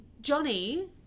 Johnny